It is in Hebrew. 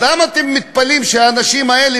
אז למה אתם מתפלאים שהאנשים האלה,